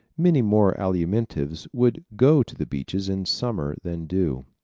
many more alimentives would go to the beaches in summer than do.